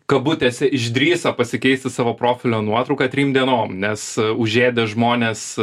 kabutėse išdrįso pasikeisti savo profilio nuotrauką trim dienom nes užėdė žmonės